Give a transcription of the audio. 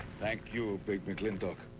thank you, ah big mclintock.